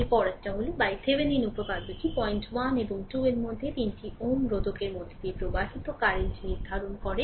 এর পরেরটি হল থেভেনিনের উপপাদ্যটি 01 এবং 2 এর মধ্যে তিনটি Ω রোধকের মধ্য দিয়ে প্রবাহিত কারেন্ট নির্ধারণ করে